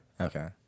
Okay